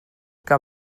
que